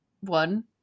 one